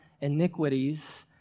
iniquities